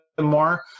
more